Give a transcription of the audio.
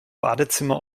badezimmer